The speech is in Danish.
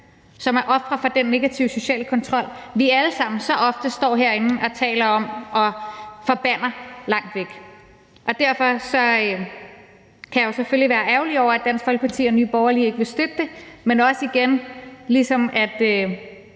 som er ofre for den negative sociale kontrol, vi alle sammen så ofte står herinde og taler om og forbander langt væk. Derfor kan jeg selvfølgelig være ærgerlig over, at Dansk Folkeparti og Nye Borgerlige ikke vil støtte det, men ligesom de